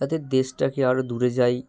তাদের দেশটাকে আরও দূরে যায়